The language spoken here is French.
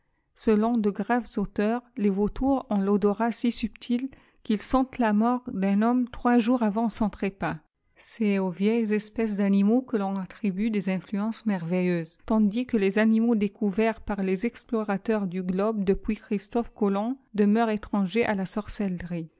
selon de graves auteurs les vautours ont l'odorat si subtile qu'ils sentant la mort d'un homme trois jours avant son trépaa c'est aux vieilles espèces d'animaux que l'on attribue des îa fluences merveilleuses tandis que les animaux découverts par les explorateurs du globe depuis christophe colomb démentent étrangers à la sorcellerie